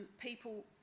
people